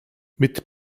mit